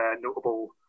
notable